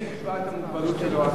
מי יקבע את המוגבלות שלו?